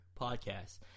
podcast